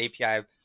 API